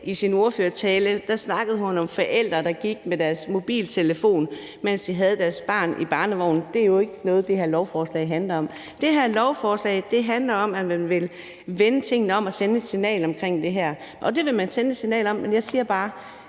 i sin ordførertale om forældre, der gik med deres mobiltelefon, mens de havde deres barn i barnevognen. Det er jo ikke det, det her lovforslag handler om. Det her lovforslag handler om, at man vil vende tingene om og sende et signal om det her. Det vil man altså sende et signal om. Men jeg siger bare,